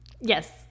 Yes